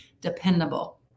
dependable